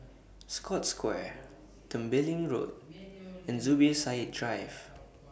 Scotts Square Tembeling Road and Zubir Said Drive